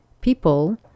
people